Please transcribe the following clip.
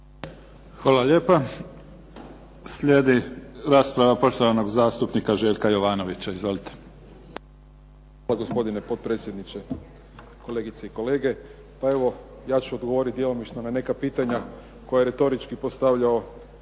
Hvala lijepa. Slijedi rasprava poštovanog zastupnika Željka Jovanovića. Izvolite. **Jovanović, Željko (SDP)** Gospodine potpredsjedniče, kolegice i kolege. Pa evo ja ću odgovoriti djelomično na neka pitanja koja je retorički postavljao